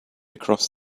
across